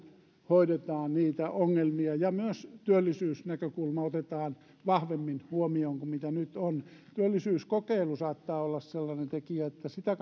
hoidetaan niitä ongelmia ja myös työllisyysnäkökulma otetaan vahvemmin huomioon kuin mitä nyt työllisyyskokeilu saattaa olla sellainen tekijä että sitä